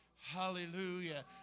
Hallelujah